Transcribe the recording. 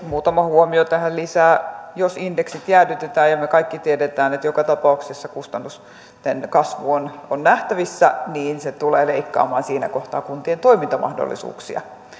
muutama huomio tähän lisää jos indeksit jäädytetään ja me kaikki tiedämme että joka tapauksessa kustannusten kasvu on on nähtävissä niin se tulee leikkaamaan siinä kohtaa kuntien toimintamahdollisuuksia